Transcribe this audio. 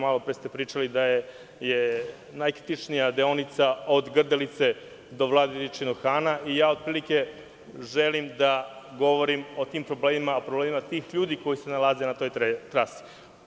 Malopre ste pričali da je najkritičnija deonica od Grdelice do Vladičinog Hana i ja otprilike želim da govorim o tim problemima, o problemima tih ljudi koji se nalaze na toj trasi.